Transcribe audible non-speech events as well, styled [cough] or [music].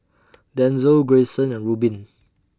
[noise] Denzell Greyson and Rubin